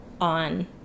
on